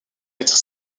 être